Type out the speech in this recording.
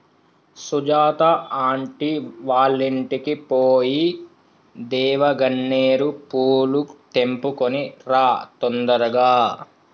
Sujatha aunty వాళ్ళింటికి పోయి దేవగన్నేరు పూలు తెంపుకొని రా తొందరగా